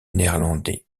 néerlandais